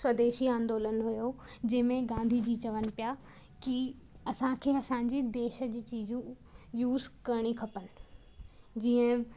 स्वदेशी आंदोलन हुयो जंहिंमे गांधी जी चवन पिया कि असांखे असांजी देश जी चीजू यूज़ करिणी खपनि जीअं